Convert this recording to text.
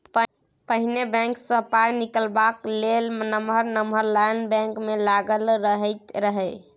पहिने बैंक सँ पाइ निकालबाक लेल नमहर नमहर लाइन बैंक मे लागल रहैत रहय